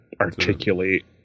articulate